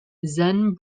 zen